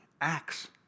acts